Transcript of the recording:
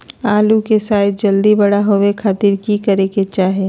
आलू के साइज जल्दी बड़ा होबे खातिर की करे के चाही?